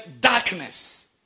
darkness